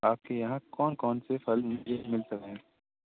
آپ کے یہاں کون کون سے فل مجھے مل سکتے ہیں